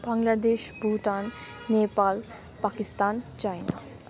Bangladesh Bhutan Nepal Pakistan China